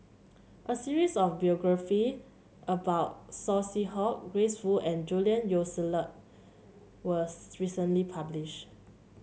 a series of biography about Saw Swee Hock Grace Fu and Julian Yeo was recently published